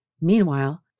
Meanwhile